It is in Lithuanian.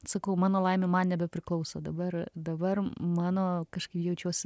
sakau mano laimė man nebepriklauso dabar dabar mano kažkaip jaučiuosi